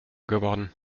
geworden